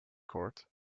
court